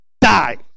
die